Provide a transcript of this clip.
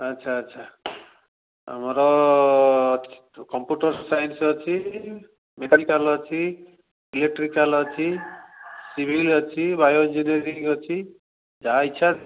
ଆଚ୍ଛା ଆଚ୍ଛା ଆମର କମ୍ପୁଟର୍ ସାଇନ୍ସ ଅଛି ମେକାନିକାଲ୍ ଅଛି ଇଲେଟ୍ରିକାଲ୍ ଅଛି ସିଭିଲ୍ ଅଛି ବାୟୋଇଂଜିନିଆରିଂ ଅଛି ଯାହା ଇଚ୍ଛା